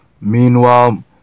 Meanwhile